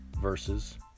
versus